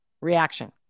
reaction